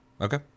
Okay